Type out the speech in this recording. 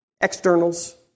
Externals